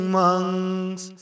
monks